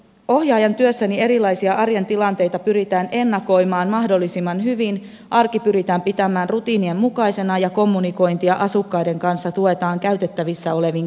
ohjaajan työssäni erilaisia arjen tilanteita pyritään ennakoimaan mahdollisimman hyvin arki pyritään pitämään rutiinien mukaisena ja kommunikointia asukkaiden kanssa tuetaan käytettävissä olevin keinoin